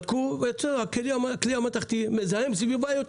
בדקו ומצאו שהכלי המתכתי מזהם את הסביבה יותר